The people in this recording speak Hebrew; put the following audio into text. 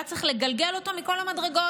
שהיה צריך לגלגל אותו מכל המדרגות.